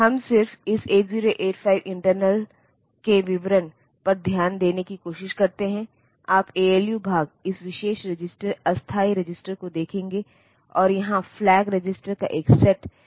हम सिर्फ इस 8085 इंटरनल के विवरण पर ध्यान देने की कोशिश करते हैं आप ऐलयु भाग इस विशेष रजिस्टर अस्थायी रजिस्टर को देखेंगे और यहाँ फ्लैग रजिस्टर का एक सेट है